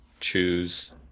choose